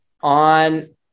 on